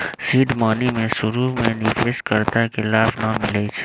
seed money में शुरु में निवेश कर्ता के लाभ न मिलै छइ